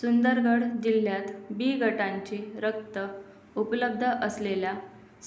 सुंदरगढ जिल्ह्यात बी गटांचे रक्त उपलब्ध असलेल्या